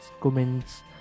comments